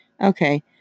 Okay